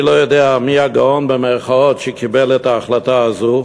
אני לא יודע מי ה"גאון" שקיבל את ההחלטה הזאת,